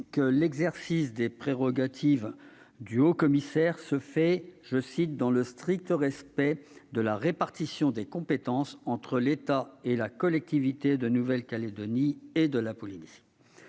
que l'exercice des prérogatives du haut-commissaire se fait « dans le strict respect de la répartition des compétences » entre l'État et la Collectivité de Nouvelle-Calédonie, d'une